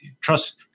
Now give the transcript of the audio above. trust